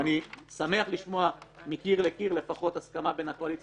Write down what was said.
ואני שמח לשמוע מקיר לקיר לפחות הסכמה בין הקואליציה